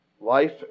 life